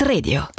Radio